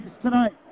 tonight